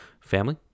family